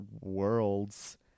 worlds